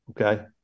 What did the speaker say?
okay